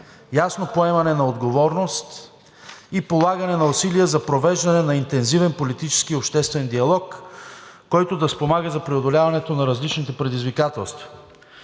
ясно поемане на отговорност и полагане на усилия за провеждане на интензивен политически и обществен диалог, който да спомага за преодоляването на различните предизвикателства.